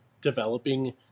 developing